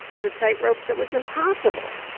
it's a tightrope that was impossible.